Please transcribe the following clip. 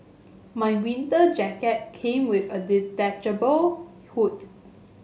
my winter jacket came with a detachable hood